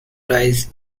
prize